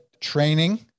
training